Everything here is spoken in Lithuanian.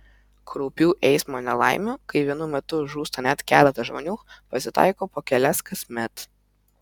kraupių eismo nelaimių kai vienu metu žūsta net keletas žmonių pasitaiko po kelias kasmet